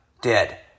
Dead